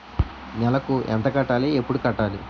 నెలకు ఎంత కట్టాలి? ఎప్పుడు కట్టాలి?